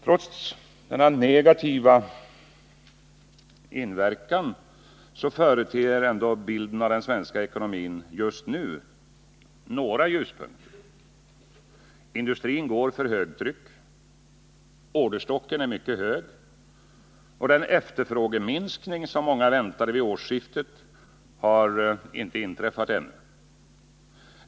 Trots denna negativa inverkan företer bilden av den svenska ekonomin just nu några ljuspunkter. Industrin går för högtryck, orderstocken är mycket stor och den efterfrågeminskning som många väntade vid årsskiftet har inte inträffat ännu.